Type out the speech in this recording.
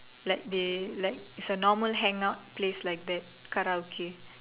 like they like it's a normal hangout place like that karaoke